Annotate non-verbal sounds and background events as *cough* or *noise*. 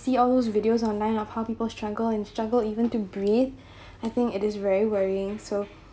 see all videos online of how people struggle and struggle even to breathe *breath* I think it is very worrying so